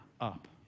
up